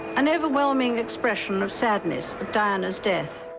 an overwhelming expression of sadness at diana's death.